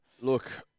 Look